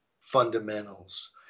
fundamentals